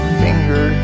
finger